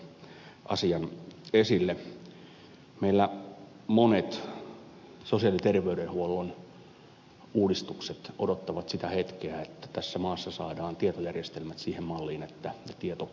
meillä monet sosiaali ja terveydenhuollon uudistukset odottavat sitä hetkeä että tässä maassa saadaan tietojärjestelmät siihen malliin että tieto kulkee